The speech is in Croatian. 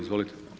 Izvolite.